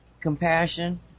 compassion